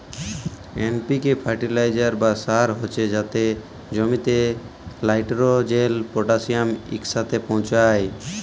NPK fertiliser বা সার হছে যাতে জমিতে লাইটেরজেল, পটাশিয়াম ইকসাথে পৌঁছায়